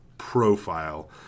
profile